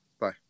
Bye